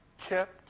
kept